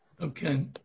Okay